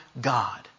God